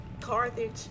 Carthage